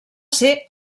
ser